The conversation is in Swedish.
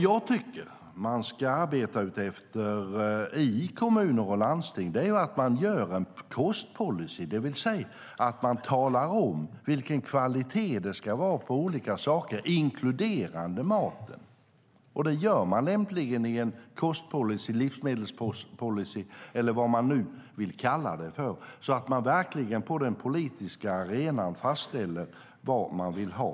Jag tycker att man i kommuner och landsting ska arbeta så att man gör en kostpolicy, det vill säga talar om vilken kvalitet det ska vara på olika saker, inklusive maten. Det gör man lämpligen i en kostpolicy, livsmedelspolicy, eller vad man nu vill kalla det, så att man på den politiska arenan verkligen fastställer vad man vill ha.